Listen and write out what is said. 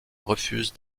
refuse